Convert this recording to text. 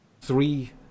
three